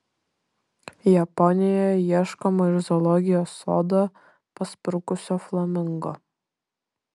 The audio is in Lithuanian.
japonijoje ieškoma iš zoologijos sodo pasprukusio flamingo